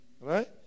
Right